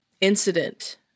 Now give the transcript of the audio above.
incident